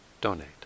donate